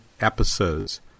episodes